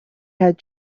had